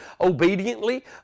obediently